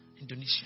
Indonesia